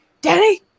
Daddy